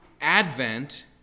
Advent